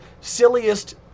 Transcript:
silliest